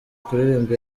kuririmba